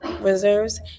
reserves